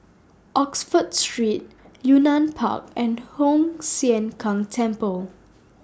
Oxford Street Yunnan Park and Hoon Sian Keng Temple